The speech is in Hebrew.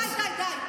די, די, די.